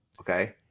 okay